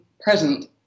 present